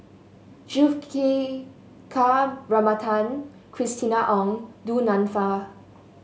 Juthika Ramanathan Christina Ong Du Nanfa